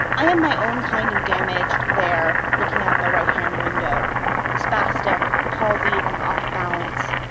i am my own kind of damaged there, looking out the right-hand window spastic, palsied and off-balance.